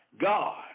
God